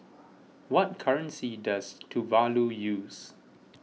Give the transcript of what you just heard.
what currency does Tuvalu use